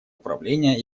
управления